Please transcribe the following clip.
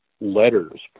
letters